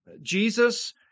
Jesus